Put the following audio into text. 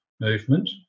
movement